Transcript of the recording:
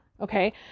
Okay